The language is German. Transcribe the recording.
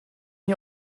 ihr